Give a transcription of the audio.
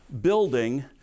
building